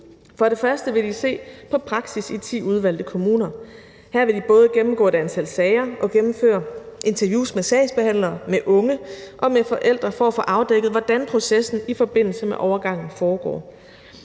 For det første vil de se på praksis i ti udvalgte kommuner. Her vil de både gennemgå et antal sager og gennemføre interviews med sagsbehandlere, med unge og med forældre for at få afdækket, hvordan processen i forbindelse med overgangen foregår.